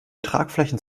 tragflächen